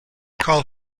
call